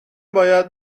باید